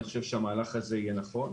אני חושב שהמהלך הזה יהיה נכון.